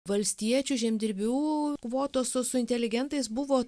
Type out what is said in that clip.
valstiečių žemdirbių kvotos su su inteligentais buvo